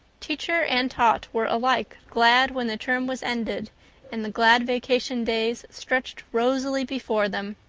teacher and taught were alike glad when the term was ended and the glad vacation days stretched rosily before them.